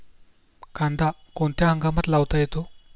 कांदा कोणत्या हंगामात लावता येतो?